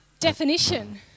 Definition